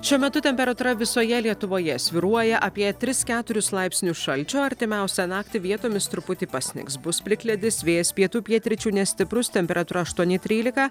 šiuo metu temperatūra visoje lietuvoje svyruoja apie tris keturis laipsnius šalčio artimiausią naktį vietomis truputį pasnigs bus plikledis vėjas pietų pietryčių nestiprus temperatūra aštuoni trylika